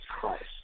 Christ